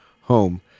home